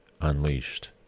unleashed